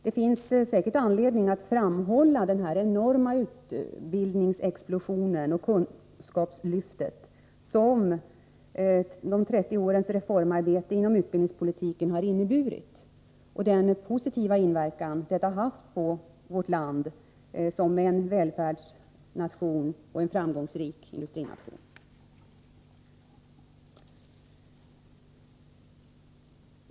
Det finns säkert anledning att framhålla den enorma utbildningsexplosion och det enorma kunskapslyft som de 30 årens reformarbete inom utbildningspolitiken har inneburit och att framhålla den positiva inverkan detta har haft på vårt land som välfärdsstat och som framgångsrikt industriland.